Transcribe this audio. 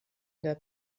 der